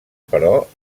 però